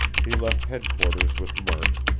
he left headquarters with murk,